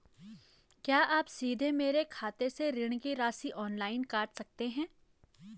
क्या आप सीधे मेरे खाते से ऋण की राशि ऑनलाइन काट सकते हैं?